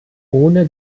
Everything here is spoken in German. ohne